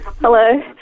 Hello